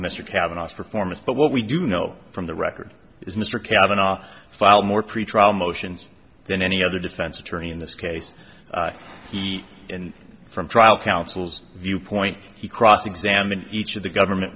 cavanaugh performance but what we do know from the record is mr cavanagh filed more pretrial motions than any other defense attorney in this case he and from trial counsel's viewpoint he cross examined each of the government